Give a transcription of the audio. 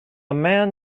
man